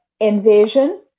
Envision